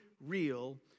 real